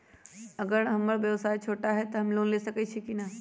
अगर हमर व्यवसाय छोटा है त हम लोन ले सकईछी की न?